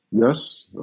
Yes